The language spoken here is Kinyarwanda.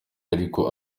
ariko